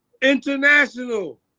International